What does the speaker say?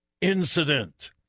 incident